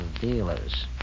dealers